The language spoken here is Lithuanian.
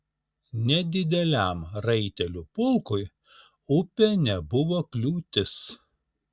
nedideliam raitelių pulkui upė nebuvo kliūtis